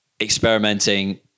experimenting